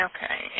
Okay